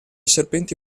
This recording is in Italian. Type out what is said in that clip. serpenti